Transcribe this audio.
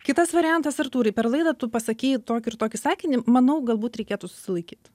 kitas variantas artūrai per laidą tu pasakei tokį ir tokį sakinį manau galbūt reikėtų susilaikyt